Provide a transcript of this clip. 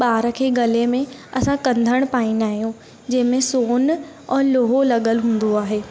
ॿार खे गले में असां कंधड़ पाईंदा आहियूं जंहिंमें सोन और लोहो लॻल हूंदो आहे